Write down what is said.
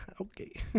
okay